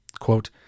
Quote